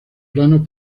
planos